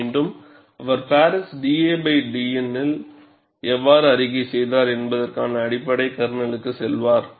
மீண்டும் அவர் Paris dadN ல் எவ்வாறு அறிக்கை செய்தார் என்பதற்கான அடிப்படை கர்னலுக்குச் செல்வார்